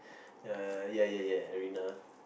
uh ya ya ya Arina